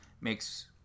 makes